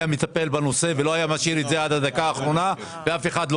היה מטפל בנושא ולא משאיר את זה לדקה האחרונה ואף אחד לא